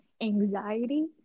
anxiety